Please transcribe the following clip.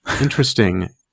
interesting